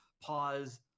pause